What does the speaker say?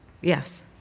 Yes